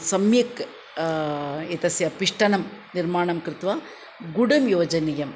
सम्यक् एतस्य पिष्टनं निर्माणं कृत्वा गुडं योजनीयम्